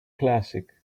classic